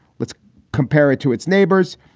let's compare it to its neighbors.